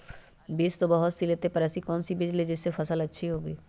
बीज तो बहुत सी लेते हैं पर ऐसी कौन सी बिज जिससे फसल अच्छी होगी?